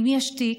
אם יש תיק,